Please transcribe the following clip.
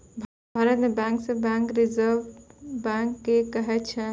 भारतो मे bankers bank reserve bank के कहै छै